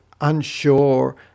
unsure